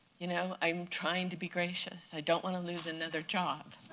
you know i'm trying to be gracious. i don't want to lose another job.